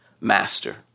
master